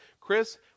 Chris